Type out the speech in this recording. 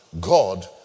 God